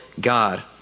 God